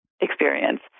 experience